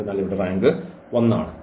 അതിനാൽ ഇവിടെ റാങ്ക് 1 ആണ്